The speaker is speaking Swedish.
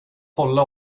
hålla